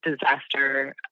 disaster